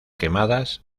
quemadas